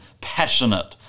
passionate